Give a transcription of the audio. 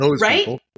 right